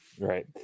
Right